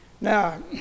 Now